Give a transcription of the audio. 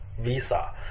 visa